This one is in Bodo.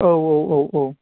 औ औ औ औ